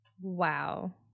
Wow